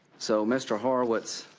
so, mr. horowitz,